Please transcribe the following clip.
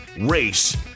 race